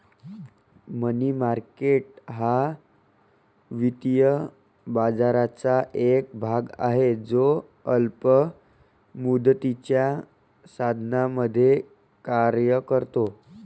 मनी market हा वित्तीय बाजाराचा एक भाग आहे जो अल्प मुदतीच्या साधनांमध्ये कार्य करतो